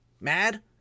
mad